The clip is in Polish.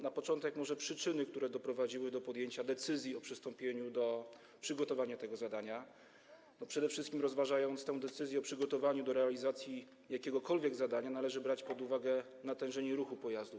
Na początek może powiem o przyczynach, które doprowadziły do podjęcia decyzji o przystąpieniu do przygotowania tego zadania, bo przede wszystkim, rozważając tę decyzję o przygotowaniu do realizacji jakiegokolwiek zadania, należy brać pod uwagę natężenie ruchu pojazdów.